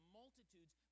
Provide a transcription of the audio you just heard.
multitudes